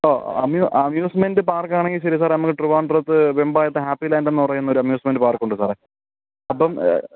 ഓ അമ്യു അമ്യൂസ്മെൻറ് പാർക്കാണെങ്കിൽ ശെരി സാറേ നമുക്ക് ട്രിവാൻഡ്രത്തു വെമ്പായത്ത് ഹാപ്പിലാൻഡെന്ന് പറയുന്നൊരു അമ്യൂസ്മെൻറ് പാർക്കുണ്ട് സാറേ അപ്പം